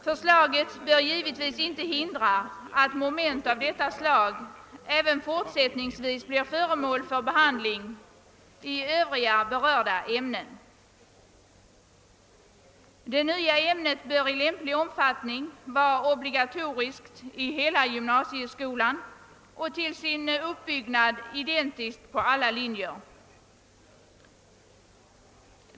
Förslaget bör givetvis inte hindra att moment av detta slag även fortsättningsvis blir föremål för behandling i övriga berörda ämnen. Det nya ämnet bör i lämplig omfattning vara obligatoriskt i hela gymnasieskolan och till sin uppbyggnad identiskt på alla linjer.